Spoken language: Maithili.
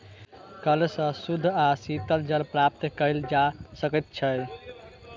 कअल सॅ शुद्ध आ शीतल जल प्राप्त कएल जा सकै छै